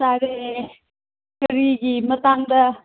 ꯆꯥꯔꯦ ꯀꯔꯤꯒꯤ ꯃꯇꯥꯡꯗ